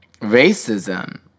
racism